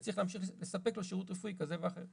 וצריך להמשיך לספק לו שירות רפואי כזה ואחר.